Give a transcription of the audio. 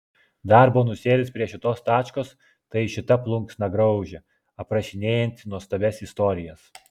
dar bonusėlis prie šitos tačkos tai šita plunksnagraužė aprašinėjanti nuostabias istorijas